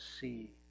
see